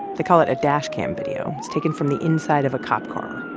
they call it a dash cam video. it's taken from the inside of a cop car.